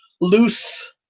loose